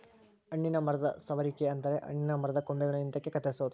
ಹಣ್ಣಿನ ಮರದ ಸಮರುವಿಕೆ ಅಂದರೆ ಹಣ್ಣಿನ ಮರದ ಕೊಂಬೆಗಳನ್ನು ಹಿಂದಕ್ಕೆ ಕತ್ತರಿಸೊದು